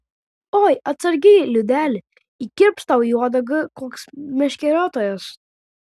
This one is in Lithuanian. oi atsargiai liudeli įkirps tau į uodegą koks meškeriotojas